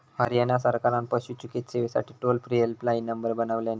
हरयाणा सरकारान पशू चिकित्सेसाठी टोल फ्री हेल्पलाईन नंबर बनवल्यानी